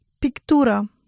Pictura